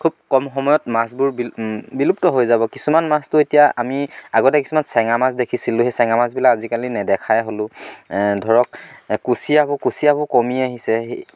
খুব কম সময়ত মাছবোৰ বিল বিলুপ্ত হৈ যাব কিছুমান মাছটো এতিয়া আমি আগতে কিছুমান চেঙা মাছ দেখিছিলোঁ সেই চেঙা মাছবিলাক আজিকালি নেদেখাই হ'লোঁ ধৰক কুচিয়াবোৰ কুচিয়াবোৰ কমি আহিছে সেই